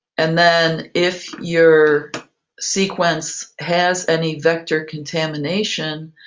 and then if your sequence has any vector contamination,